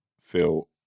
feel